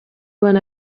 when